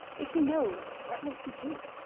if he knows. what will he do?